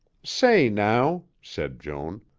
say, now, said joan,